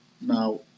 Now